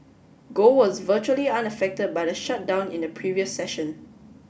gold was virtually unaffected by the shutdown in the previous session